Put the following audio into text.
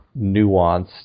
nuanced